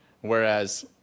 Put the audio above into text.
Whereas